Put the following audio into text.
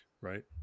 right